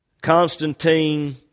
Constantine